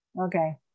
Okay